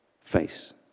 face